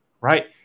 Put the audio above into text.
right